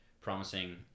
promising